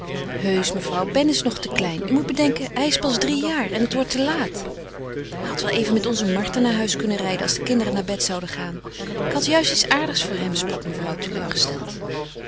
heusch mevrouw ben is nog te klein u moet bedenken hij is pas drie jaar en het wordt te laat hij had wel even met onze martha naar huis kunnen rijden als de kinderen naar bed zouden gaan ik had juist iets aardigs voor hem sprak mevrouw teleurgesteld